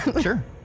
Sure